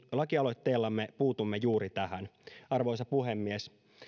lakialoitteillamme puutumme juuri tähän arvoisa puhemies